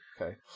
okay